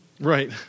right